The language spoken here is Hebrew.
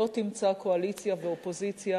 לא תמצא קואליציה ואופוזיציה